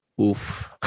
Oof